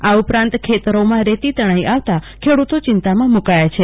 આ ઉપરાંત ખેતરોમાં રેતી તણાઈ આવતાં ખેડ્રતો ચિંતામાં મકાયા છે